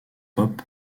pop